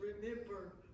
remember